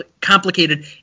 complicated